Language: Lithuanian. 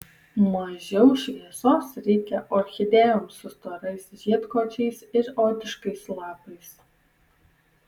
mažiau šviesos reikia orchidėjoms su storais žiedkočiais ir odiškais lapais